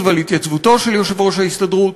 ועל התייצבותו של יושב-ראש ההסתדרות.